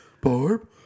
Barb